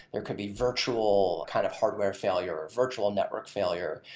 there could be virtual kind of hardware failure, or virtual network failure.